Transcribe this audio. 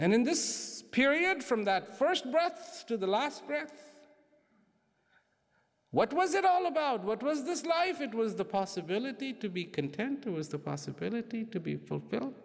and in this period from that first breath through the last breath what was it all about what was this life it was the possibility to be content was the possibility to be fulfilled